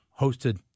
hosted